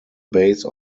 base